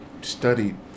studied